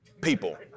people